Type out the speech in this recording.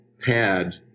pad